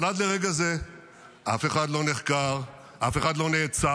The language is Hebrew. אבל עד לרגע זה אף אחד לא נחקר, אף אחד לא נעצר,